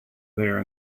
there